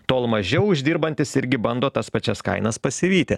tol mažiau uždirbantys irgi bando tas pačias kainas pasivyti